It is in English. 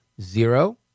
Zero